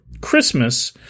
Christmas